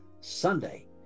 Sunday